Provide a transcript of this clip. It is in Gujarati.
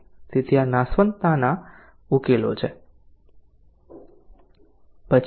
તેથી આ નાશવંતતાના ઉકેલો છે